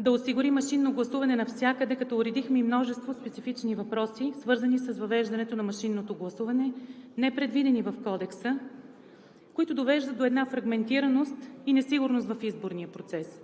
да осигури машинно гласуване навсякъде, като уредихме и множество специфични въпроси, свързани с въвеждането на машинното гласуване, непредвидени в Кодекса, които довеждат до една фрагментираност и несигурност в изборния процес.